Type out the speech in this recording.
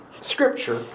scripture